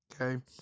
Okay